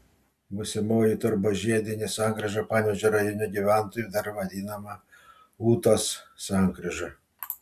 būsimoji turbožiedinė sankryža panevėžio rajone gyventojų dar vadinama ūtos sankryža